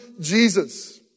Jesus